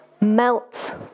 melt